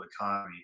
economy